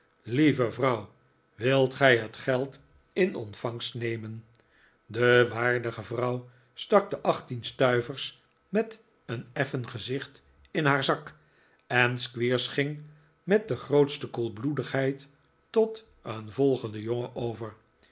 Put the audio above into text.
lieve vrouw wilt gij het geld in ontvangst nemen de waardige vrouw stak de achttien stuivers met een effen gezicht in haar zak en squeers ging met de grootste koelbloedigheid tot een volgenden jongen over